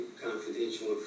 confidential